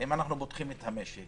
אם אנחנו פותחים את המשק